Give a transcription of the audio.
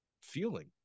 feeling